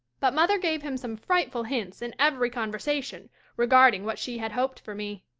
but mother gave him some frightful hints in every conversation regarding what she had hoped for me.